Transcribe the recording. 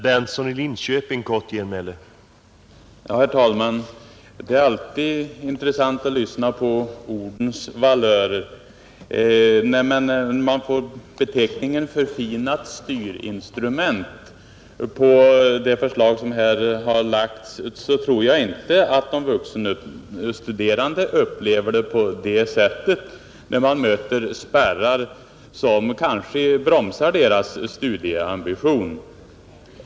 Herr talman! Det är alltid intressant att lyssna till ordens valör. Även om man har satt beteckningen ”förfinat styrinstrument” på det förslag som här har framlagts, tror jag inte att de vuxenstuderande upplever förslaget på det sättet, när de möter spärrar som kanske bromsar deras studieambition.